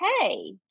hey